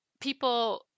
people